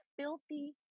filthy